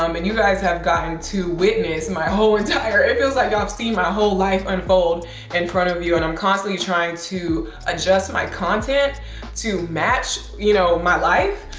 um and you guys have gotten to witness my whole entire, it feels like y'all have seen my whole life unfold in front of you, and i'm constantly trying to adjust my content to match, you know, my life.